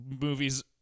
movies